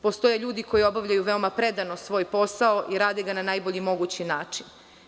Postoje ljudi koji obavljaju veoma predano svoj posao i rade ga na najbolji mogući način.